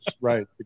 right